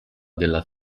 della